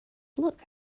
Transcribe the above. look